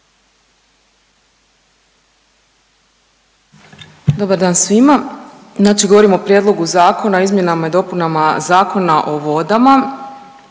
Dobar dan svima. Znači govorimo o Prijedlogu Zakona o izmjenama i dopunama Zakona o vodama.